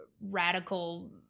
radical